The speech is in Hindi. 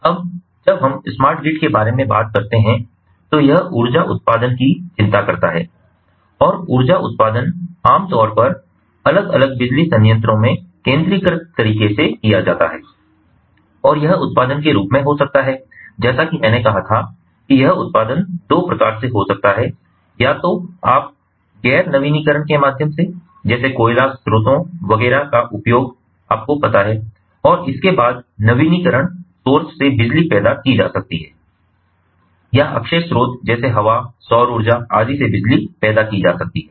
अब जब हम स्मार्ट ग्रिड के बारे में बात करते हैं तो यह ऊर्जा उत्पादन की चिंता करता है और ऊर्जा उत्पादन आमतौर पर अलग अलग बिजली संयंत्रों में केंद्रीकृत तरीके से किया जाता है और यह उत्पादन के रूप में हो सकता है जैसा कि मैंने कहा था कि यह उत्पादन दो प्रकार से हो सकता है या तो आप गैर नवीनकरणीय के माध्यम जैसे कोयला स्रोतों वगैरह का आपको पता है और इसके बाद नवीनकरणीय सोर्स से बिजली पैदा की जा सकती है या अक्षय स्रोतों जैसे हवा सौर ऊर्जा आदि से बिजली पैदा की जा सकती है